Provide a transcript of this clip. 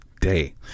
day